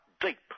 deep